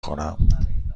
خورم